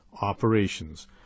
Operations